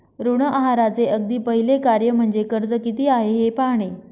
ऋण आहाराचे अगदी पहिले कार्य म्हणजे कर्ज किती आहे हे पाहणे